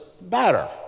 better